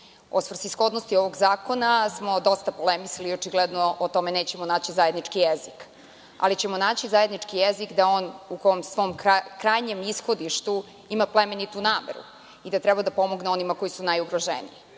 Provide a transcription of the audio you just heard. O svrsishodnosti ovog zakona smo dosta polemisali i očigledno o tome nećemo naći zajednički jezik, ali ćemo naći zajednički jezik da on u svom krajnjem ishodištu ima plemenitu nameru i da treba da pomogne onima koji su najugroženiji. Složićemo